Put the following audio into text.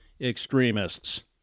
extremists